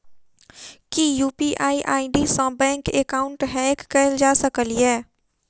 की UPI ID सऽ bank account hack कैल जा सकलिये?